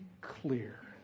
clear